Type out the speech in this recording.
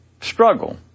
struggle